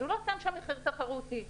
אז הוא לא שם מחיר תחרותי שם,